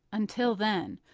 until then,